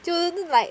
就 like